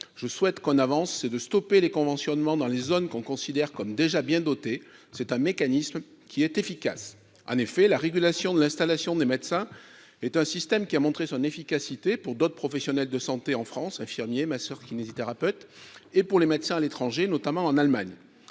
je souhaite qu'on avance, c'est de stopper les conventionnements dans les zones qu'on considère comme déjà bien dotées. C'est un mécanisme qui est efficace. » La régulation de l'installation des médecins est en effet un système qui a montré son efficacité pour d'autres professionnels de santé en France- infirmiers, masseurs-kinésithérapeutes -et pour les médecins à l'étranger, notamment en Allemagne.